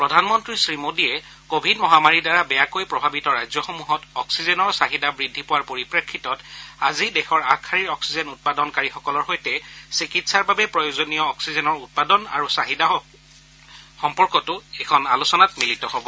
প্ৰধানমন্ত্ৰী শ্ৰীমোদীয়ে কোৱিড মহামাৰীৰৰ দ্বাৰা বেয়াকৈ প্ৰভাৱিত ৰাজ্যসমূহত অক্সিজেনৰ চাহিদা বৃদ্ধি পোৱাৰ পৰিপ্ৰেক্ষিতত আজি দেশৰ আগশাৰীৰ অক্সিজেন উৎপাদনকাৰীসকলৰ সৈতে চিকিৎসাৰ বাবে প্ৰয়োজনীয় অপ্পিজেনৰ উৎপাদন আৰু চাহিদা সম্পৰ্কতো আলোচনাত মিলিত হ'ব